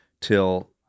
till